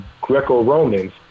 greco-romans